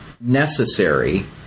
necessary